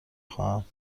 خواهم